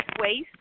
waste